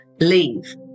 Leave